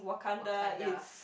Wakanda